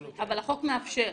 אבל החוק מאפשר.